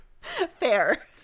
Fair